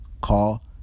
Call